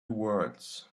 words